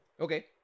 Okay